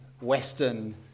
Western